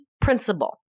principle